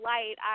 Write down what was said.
Light